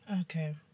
Okay